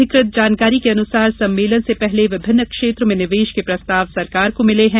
अधिकृत जानकारी के अनुसार सम्मेलन से पहले विभिन्न क्षेत्र में निवेश के प्रस्ताव सरकार को मिले हैं